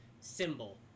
symbol